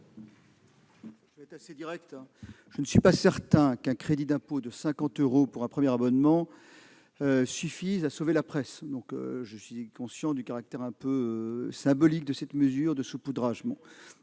je ne suis pas certain qu'un crédit d'impôt de 50 euros pour un premier abonnement suffise à sauver la presse. C'est de la com' ! Je suis conscient du caractère quelque peu symbolique de cette mesure de saupoudrage,